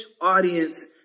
audience